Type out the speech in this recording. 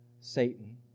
Satan